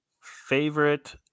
favorite